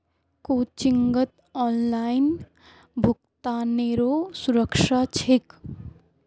कोचिंगत ऑनलाइन भुक्तानेरो सुविधा छेक